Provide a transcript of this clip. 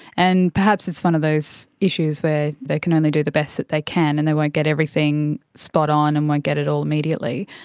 and perhaps it's one of those issues where they can only do the best that they can and they won't get everything spot-on and won't get it all immediately,